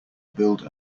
build